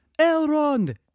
Elrond